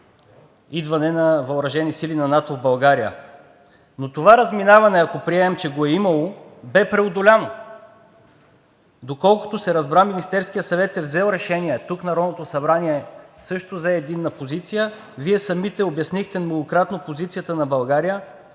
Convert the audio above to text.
идване на въоръжени сили на НАТО в България. Но това разминаване, ако приемем, че го е имало, бе преодоляно, доколкото се разбра. Министерският съвет е взел решение, тук Народното събрание също взе единна позиция, Вие самите обяснихте многократно позицията на България